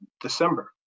December